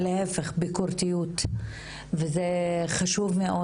ולהיפך ביקורתיות וזה חשוב מאוד.